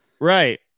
Right